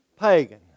Pagan